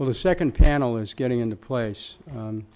well the second panel is getting into place